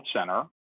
center